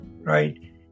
right